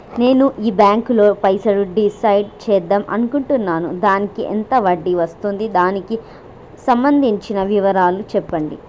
నేను ఈ బ్యాంకులో పైసలు డిసైడ్ చేద్దాం అనుకుంటున్నాను దానికి ఎంత వడ్డీ వస్తుంది దానికి సంబంధించిన వివరాలు చెప్పండి?